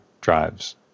drives